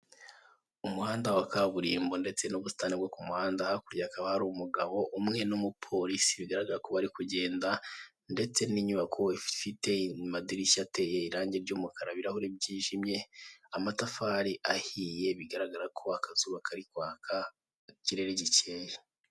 Umuhanda wa kaburimbo ndetse n'ubusitani bwo ku muhanda, hakurya hakaba hari umugabo umwe n'umupolisi, bigaragara ko bari kugenda ndetse n'inyubako ifite amadirishya ateye irangi ry'umukara, ibirahuri byijimye, amatafari ahiye, bigaragara ko akazuba kari kwaka, ikirere gikeye.